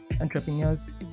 entrepreneurs